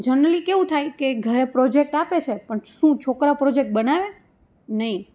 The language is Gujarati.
જનરલી કેવું થાય કે ઘરે પ્રોજેક્ટ આપે છે પણ શું છોકરા પ્રોજેક્ટ બનાવે નહીં